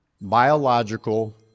biological